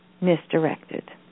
misdirected